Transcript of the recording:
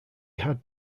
had